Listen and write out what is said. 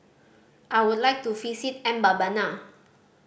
I would like to visit Mbabana